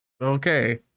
Okay